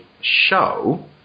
show